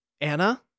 Anna